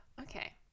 Okay